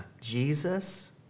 Jesus